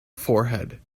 forehead